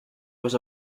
there